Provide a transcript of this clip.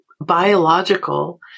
biological